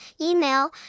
email